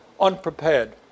unprepared